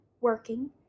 working